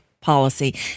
policy